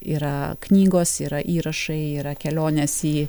yra knygos yra įrašai yra kelionės į